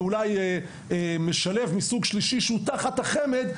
ואולי משלב מסוג שלישי שהוא תחת החמ"ד,